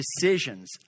decisions